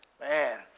Man